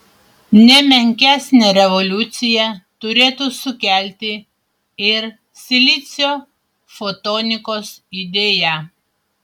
ne menkesnę revoliuciją turėtų sukelti ir silicio fotonikos idėja